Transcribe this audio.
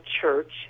church